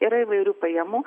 yra įvairių pajamų